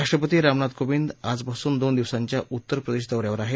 राष्ट्रपती रामनाथ कोविंद आजपासून दोन दिवसांच्या उत्तर प्रदेश दौन्यावर आहेत